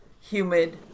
humid